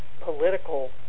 political